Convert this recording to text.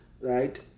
Right